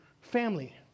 Family